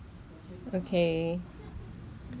大多数人都在家 then 然后